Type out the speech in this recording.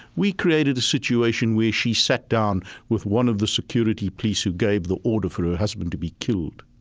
we created a situation where she sat down with one of the security police who gave the order for her husband to be killed.